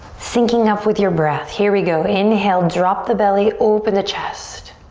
syncing up with your breath. here we go, inhale, drop the belly, open the chest.